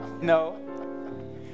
No